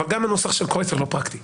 אבל גם הנוסח של קרויזר לא פרקטי.